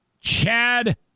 Chad